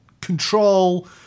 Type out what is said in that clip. control